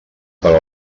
per